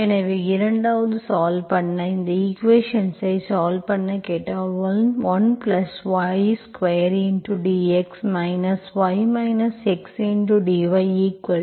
எனவே 2 வது சால்வ் பண்ண இந்த ஈக்குவேஷன்ஸ்ஐ சால்வ் பண்ண கேட்டால் 1 y2dx y xdy0